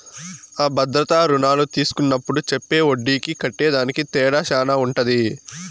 అ భద్రతా రుణాలు తీస్కున్నప్పుడు చెప్పే ఒడ్డీకి కట్టేదానికి తేడా శాన ఉంటది